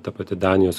ta pati danijos